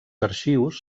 arxius